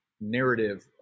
narrative